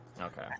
Okay